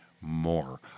more